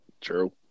True